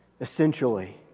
essentially